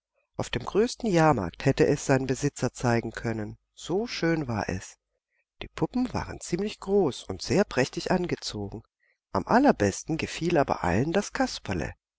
auf dem größten jahrmarkt hätte es sein besitzer zeigen können so schön war es die puppen waren ziemlich groß und sehr prächtig angezogen am allerbesten gefiel aber allen das kasperle